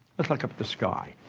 let's look up at the sky.